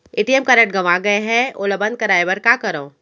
ATM card गंवा गे है ओला बंद कराये बर का करंव?